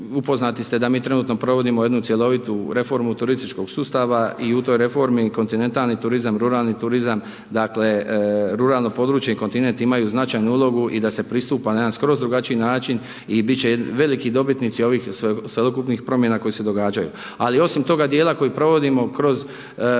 upoznati ste da mi trenutno provodimo jednu cjelovitu reformu turističkog sustava i u toj reformi kontinentalni turizam, ruralni turizam, dakle ruralno područje i kontinent imaju značajnu ulogu i da se pristupa na jedan skroz drugačiji način i biti će veliki dobitnici ovih cjelokupnih promjena koje se događaju. Ali osim toga dijela koji provodimo kroz